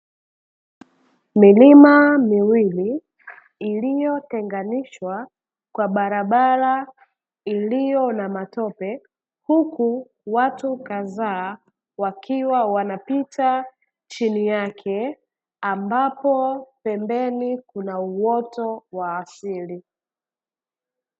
Milima miwili, iliyotenganishwa na barabara ya matope, huku watu kadhaa wakiwa wanapita chini yake. Pembeni kuna uoto wa asili.